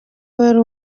wari